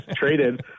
traded